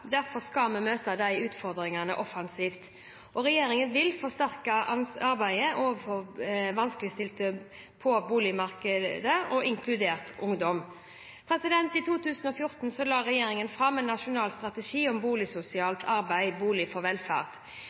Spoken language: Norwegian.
Derfor skal vi møte utfordringene offensivt. Regjeringen vil forsterke arbeidet overfor vanskeligstilte på boligmarkedet, inkludert ungdom. I 2014 la regjeringen fram en nasjonal strategi om boligsosialt arbeid, Bolig for velferd.